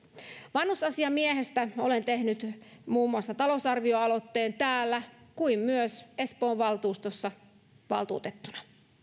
vanhusasiamiehestä olen tehnyt muun muassa talousarvioaloitteen niin täällä kuin myös espoon valtuustossa valtuutettuna